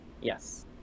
Yes